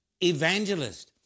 evangelist